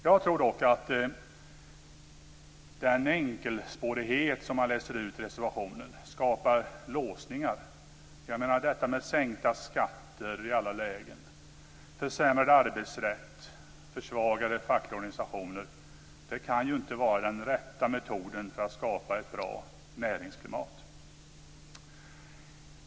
Jag tror dock att den enkelspårighet som man läser ut ur reservationen skapar låsningar. Detta med sänkta skatter i alla lägen, försämrad arbetsrätt och försvagade fackliga organisationer kan ju inte vara den rätta metoden för att skapa ett bra näringsklimat.